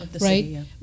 right